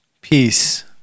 peace